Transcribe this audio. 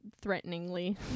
threateningly